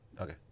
Okay